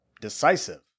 decisive